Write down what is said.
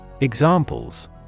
Examples